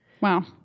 Wow